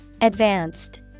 advanced